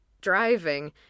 driving